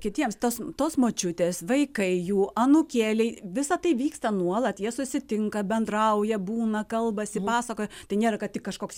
kitiems tas tos močiutės vaikai jų anūkėliai visa tai vyksta nuolat jie susitinka bendrauja būna kalbasi pasakoja tai nėra kad tik kažkoks